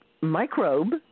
microbe